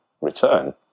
return